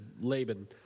Laban